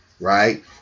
Right